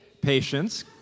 Patience